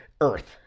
earth